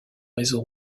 réseau